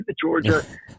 georgia